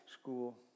school